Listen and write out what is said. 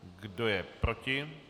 Kdo je proti?